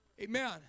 Amen